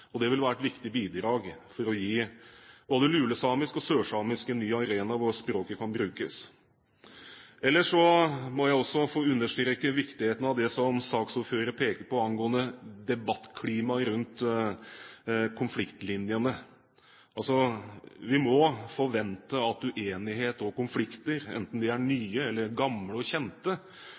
språkene. Det vil være et viktig bidrag for å gi både lulesamisk og sørsamisk en ny arena hvor språket kan brukes. Ellers må jeg også få understreke viktigheten av det som saksordføreren pekte på angående debattklimaet rundt konfliktlinjene. Vi må forvente at uenighet og konflikter, enten de er nye eller gamle og kjente,